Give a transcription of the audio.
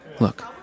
Look